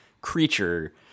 creature